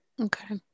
okay